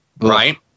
right